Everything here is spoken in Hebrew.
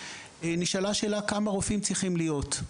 נשאלה שאלה כמה רופאים צריכים להיות.